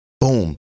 boom